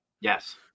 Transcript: Yes